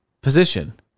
position